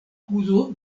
kuzo